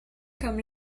comme